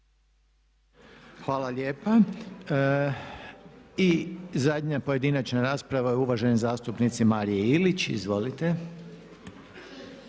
Hvala lijepa. I zadnja pojedinačna rasprava je uvažene zastupnice Marije Ilić. Izvolite.